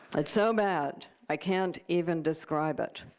it's so bad, i can't even describe it.